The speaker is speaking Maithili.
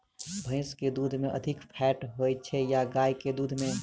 भैंस केँ दुध मे अधिक फैट होइ छैय या गाय केँ दुध में?